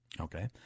Okay